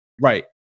right